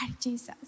Jesus